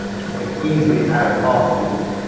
so you can easily add articles.